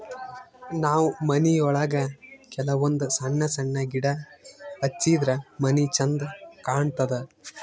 ನಾವ್ ಮನಿಯೊಳಗ ಕೆಲವಂದ್ ಸಣ್ಣ ಸಣ್ಣ ಗಿಡ ಹಚ್ಚಿದ್ರ ಮನಿ ಛಂದ್ ಕಾಣತದ್